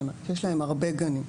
שיש להם הרבה גנים,